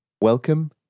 Welcome